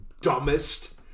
dumbest